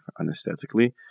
anesthetically